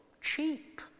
cheap